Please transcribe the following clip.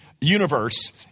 universe